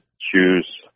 choose